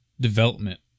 development